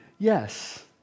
Yes